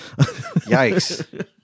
yikes